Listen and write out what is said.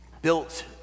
built